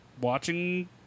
watching